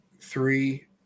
three